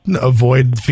avoid